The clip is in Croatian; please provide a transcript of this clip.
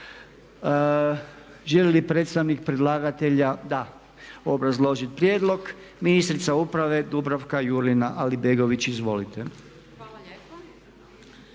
Želi li predstavnik predlagateljica obrazložit prijedlog? Da. Ministrica uprave Dubravka Jurlina Alibegović izvolite.